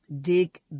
dig